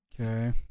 Okay